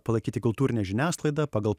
palaikyti kultūrinę žiniasklaidą pagal